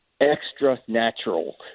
extra-natural